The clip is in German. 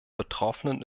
betroffenen